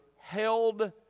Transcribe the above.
held